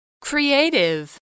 Creative